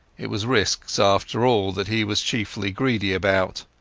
it was risks after all that he was chiefly greedy about.